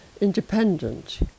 independent